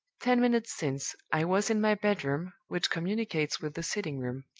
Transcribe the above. ten minutes since, i was in my bedroom, which communicates with the sitting-room.